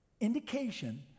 indication